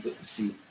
see